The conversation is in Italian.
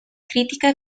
critica